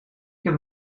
heb